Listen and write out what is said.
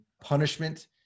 punishment